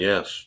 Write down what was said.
Yes